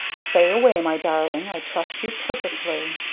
say away, my darling. i trust you perfectly.